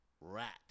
Rat